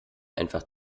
einfach